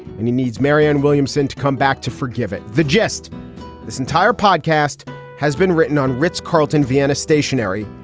and he needs marianne williamson to come back to forgive it. the gist this entire podcast has been written on ritz carlton v and a. stationery,